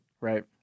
Right